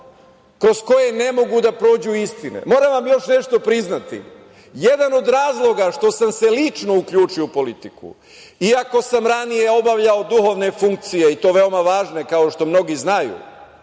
kroz koje ne mogu da prođu istine. Moram vam još nešto priznati. Jedan od razloga što sam se lično uključio u politiku, iako sam ranije obavljao duhovne funkcije, i to veoma važne, kao što mnogi znaju,